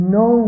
no